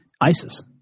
ISIS